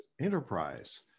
enterprise